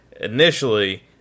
initially